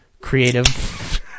creative